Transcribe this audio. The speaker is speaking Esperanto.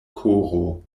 koro